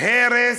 הרס,